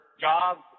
jobs